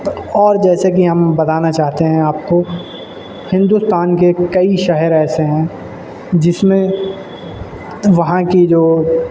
اور جیسے کہ ہم بتانا چاہتے ہیں آپ کو ہندوستان کے کئی شہر ایسے ہیں جس میں وہاں کی جو